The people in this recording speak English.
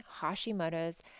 Hashimoto's